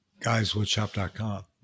guyswoodshop.com